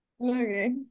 Okay